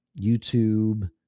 youtube